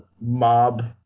mob